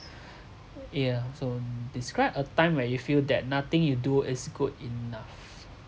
ya so describe a time where you feel that nothing you do is good enough